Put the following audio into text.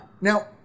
Now